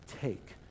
take